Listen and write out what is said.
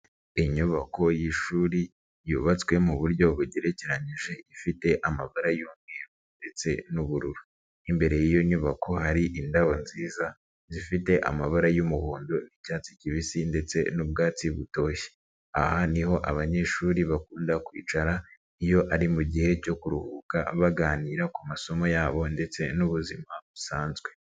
Inyubako y'ishuri yubatswe mu buryo bugerekeranije ifite amabara y'umweru ndetse n'ubururu, imbere y'iyo nyubako hari indabo nziza zifite amabara y'umuhondo, icyatsi kibisi ndetse n'ubwatsi butoshye, aha niho abanyeshuri bakunda kwicara iyo bari mu gihe cyo kuruhuka baganira ku masomo yabo ndetse n'ubuzima busanzwe.